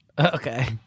Okay